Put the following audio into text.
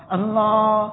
Allah